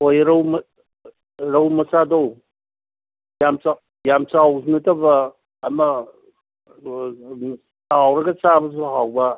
ꯍꯣꯏ ꯔꯧ ꯃꯆꯥꯗꯣ ꯌꯥꯝ ꯆꯥꯎꯕꯁꯨ ꯅꯠꯇꯕ ꯑꯃ ꯇꯥꯎꯔꯒ ꯆꯥꯕꯁꯨ ꯍꯥꯎꯕ